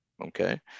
Okay